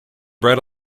bread